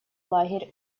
лагерь